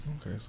Okay